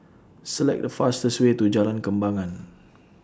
Select The fastest Way to Jalan Kembangan